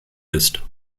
ist